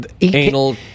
Anal